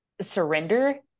surrender